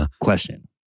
question